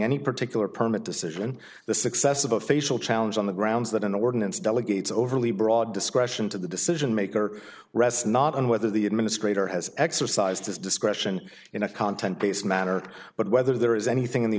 any particular permit decision the success of a facial challenge on the grounds that an ordinance delegates overly broad discretion to the decision maker rests not on whether the administrator has exercised his discretion in a content based manner but whether there is anything in the